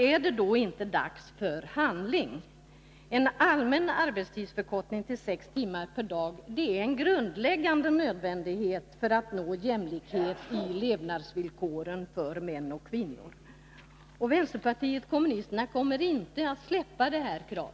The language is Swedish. Är det då inte dags för handling? En allmän arbetstidsförkortning till sex timmar per dag är en grundläggande nödvändighet för att nå jämlikhet i levnadsvillkoren för män och kvinnor. Vänsterpartiet kommunisterna kommer inte att släppa detta krav.